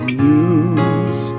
news